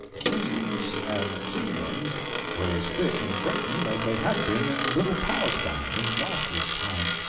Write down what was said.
kings and kingdoms were as thick in britain as they had been in little palestine in joshua's time,